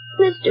Mr